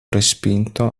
respinto